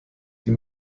die